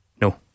No